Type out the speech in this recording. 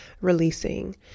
releasing